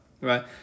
right